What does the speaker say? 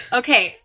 okay